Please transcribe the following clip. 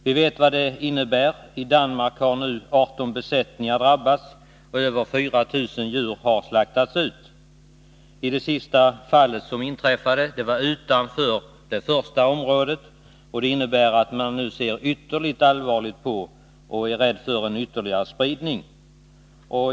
Vi vet vad det innebär. I Danmark har nu 18 besättningar drabbats, och över 4 000 djur har slaktats. Det senaste fallet inträffade utanför det tidigare området. Det innebär att man nu ser ytterligt allvarligt på risken för en ytterligare spridning.